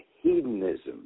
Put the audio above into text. hedonism